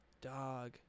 Dog